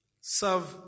Serve